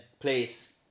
place